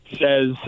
says